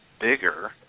bigger